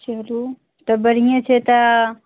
चलू तऽ बढ़िएँ छै तऽ